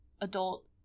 adult